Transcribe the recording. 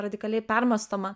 radikaliai permąstoma